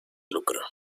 lucro